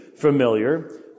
familiar